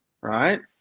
right